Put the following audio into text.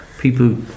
people